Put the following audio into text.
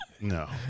No